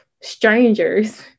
strangers